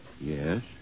Yes